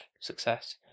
success